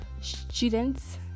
students